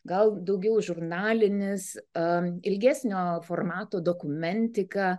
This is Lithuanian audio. gal daugiau žurnalinis ar ilgesnio formato dokumentika